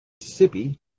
Mississippi